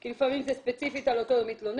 כי לפעמים זה ספציפית על אותו מתלונן,